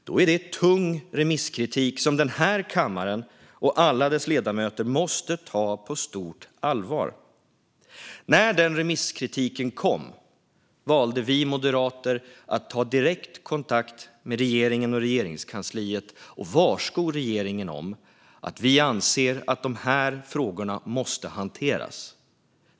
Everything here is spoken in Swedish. Det är tung remisskritik som denna kammare och alla dess ledamöter måste ta på stort allvar. När denna remisskritik kom valde vi moderater att ta direkt kontakt med Regeringskansliet och varsko regeringen om att vi anser att dessa frågor måste hanteras.